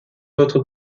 autre